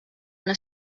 una